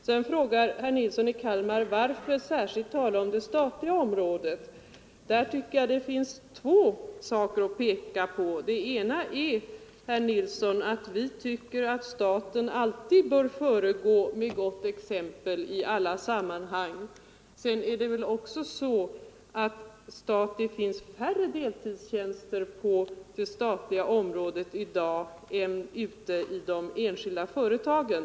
Sedan frågade herr Nilsson varför man i detta sammanhang talar särskilt om det statliga området, och där tycker jag att det finns två saker att peka på. Den ena är, herr Nilsson, att vi tycker att staten bör föregå med gott exempel i alla sammanhang. Den andra är att det i dag finns färre deltidstjänster på det statliga området än ute i de enskilda företagen.